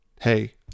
hey